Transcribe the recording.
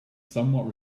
somewhat